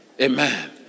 Amen